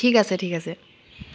ঠিক আছে ঠিক আছে